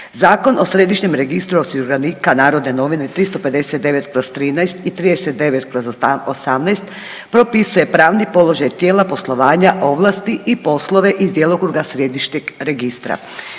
Zakon o Središnjem registru osiguranika, NN 359/13 i 39/18 propisuje pravni položaj tijela, poslovanja, ovlasti i poslove iz djelokruga Središnjeg registra